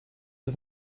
yüz